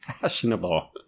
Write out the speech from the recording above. fashionable